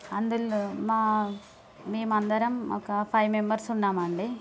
అందులో మా మేము అందరం ఒక ఫైవ్ మెంబర్స్ ఉన్నాం అండి